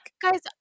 guys